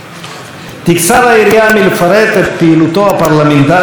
תקצר היריעה מלפרט את פעילותו הפרלמנטרית של אבנרי.